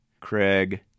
craig